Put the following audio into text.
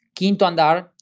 quintoandar,